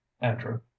andrew